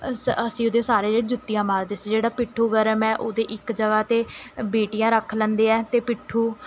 ਅਸ ਅਸੀਂ ਉਹਦੇ ਸਾਰੇ ਜੁੱਤੀਆਂ ਮਾਰਦੇ ਸੀ ਜਿਹੜਾ ਪਿੱਠੂ ਵਗੈਰਾ ਮੈਂ ਉਹਦੇ ਇੱਕ ਜਗ੍ਹਾ 'ਤੇ ਵੀਟੀਆਂ ਰੱਖ ਲੈਂਦੇ ਹੈ ਅਤੇ ਪਿੱਠੂ